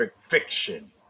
fiction